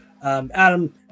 Adam